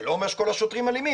זה לא אומר שכל השוטרים אלימים,